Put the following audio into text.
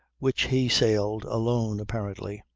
which he sailed alone apparently,